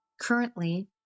Currently